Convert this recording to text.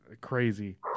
Crazy